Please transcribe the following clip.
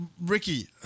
Ricky